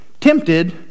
Tempted